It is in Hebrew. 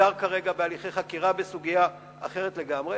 שנחקר כרגע בהליכי חקירה בסוגיה אחרת לגמרי.